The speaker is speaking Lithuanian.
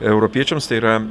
europiečiams tai yra